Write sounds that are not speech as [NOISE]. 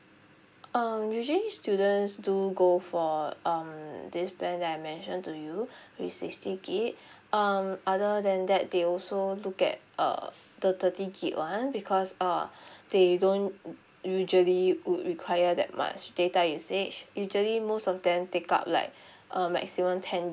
um usually students do go for um this plan that I mentioned to you [BREATH] with sixty gig [BREATH] um other than that they also look at uh the thirty gig [one] because uh [BREATH] they don't usually would require that much data usage usually most of them take up like [BREATH] a maximum ten